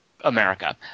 America